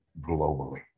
globally